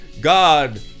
God